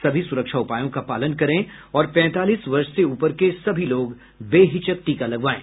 सभी सुरक्षा उपायों का पालन करें और पैंतालीस वर्ष से ऊपर के सभी लोग बेहिचक टीका लगवाएं